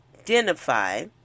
identify